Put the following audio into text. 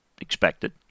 expected